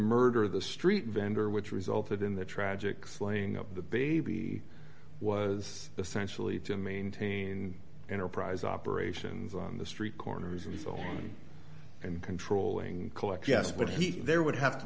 murder the street vendor which resulted in the tragic slaying of the baby was essentially to maintain enterprise operations on the street corners in the film and controlling collect yes but he there would have to